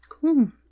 Cool